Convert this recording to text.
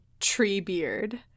Treebeard